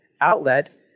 outlet